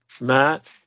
Matt